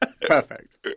Perfect